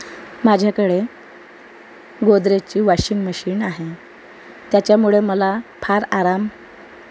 माझ्याकडे गोदरेजची washing machine आहे त्याच्यामुळे मला फार आराम आहे